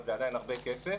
אבל זה עדיין הרבה כסף